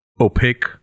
opaque